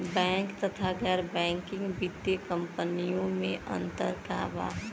Bank तथा गैर banking वित्तीय कम्पनीयो मे अन्तर का बा?